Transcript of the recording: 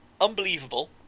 unbelievable